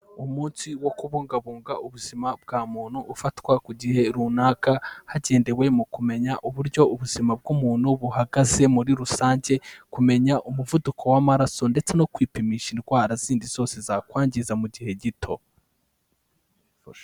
Umunsi wo kubungabunga ubuzima bwa muntu, ufatwa ku gihe runaka hagendewe mu kumenya uburyo ubuzima bw'umuntu buhagaze muri rusange. Kumenya umuvuduko w'amaraso ndetse no kwipimisha indwara zindi zose zakwangiza mu gihe gito.